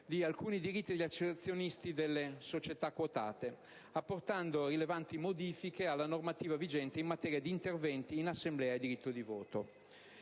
di alcuni diritti degli azionisti di società quotate, apportando rilevanti modifiche alla normativa vigente in materia di interventi in assemblea e diritto di voto.